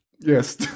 Yes